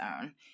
own